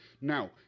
Now